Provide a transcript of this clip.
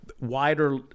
wider